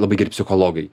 labai geri psichologai